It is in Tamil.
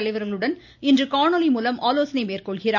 தலைவர்களுடன் இன்று காணொலி மூலம் ஆலோசனை மேற்கொள்கிறார்